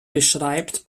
beschreibt